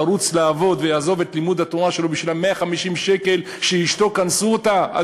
ירוץ לעבוד ויעזוב את לימוד התורה שלו בשביל 150 השקל שקנסו את אשתו?